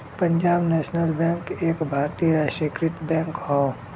Punjab National Bank एक भारतीय राष्ट्रीयकृत बैंक हौ